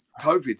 COVID